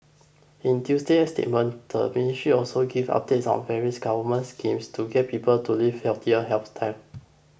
in Tuesday's statement the ministry also gave updates on various government schemes to get people to live healthier lifestyles